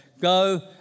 go